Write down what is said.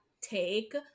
take